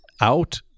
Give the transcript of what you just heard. out